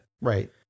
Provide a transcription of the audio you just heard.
Right